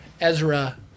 Ezra